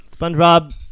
Spongebob